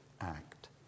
act